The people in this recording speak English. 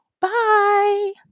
Bye